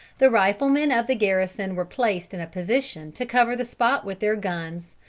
the riflemen of the garrison were placed in a position to cover the spot with their guns,